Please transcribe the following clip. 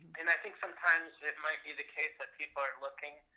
and i think sometimes it might be the case that people are looking,